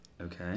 Okay